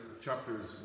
chapters